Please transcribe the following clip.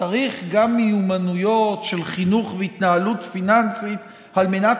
צריך גם מיומנויות של חינוך והתנהלות פיננסית על מנת